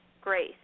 grace